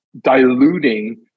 diluting